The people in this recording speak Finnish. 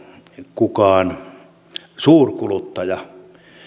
kukaan suurkuluttaja